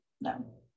No